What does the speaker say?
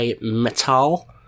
Metal